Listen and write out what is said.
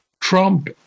Trump